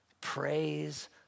Praise